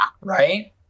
Right